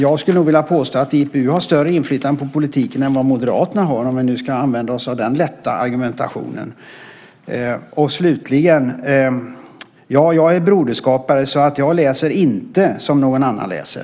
Jag skulle vilja påstå att IPU har större inflytande på politiken än vad Moderaterna har, om vi ska använda oss av den lätta argumentationen. Jag är broderskapare, så jag läser inte som någon annan läser.